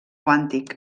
quàntic